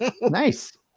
nice